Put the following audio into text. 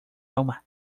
roma